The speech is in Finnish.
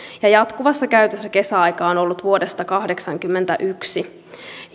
jatkuvassa käytössä kesäaika on ollut vuodesta kahdeksankymmentäyksi